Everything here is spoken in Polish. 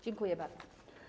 Dziękuję bardzo.